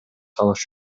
алыш